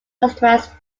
customized